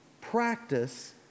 practice